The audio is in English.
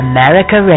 America